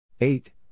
Eight